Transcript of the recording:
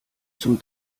zum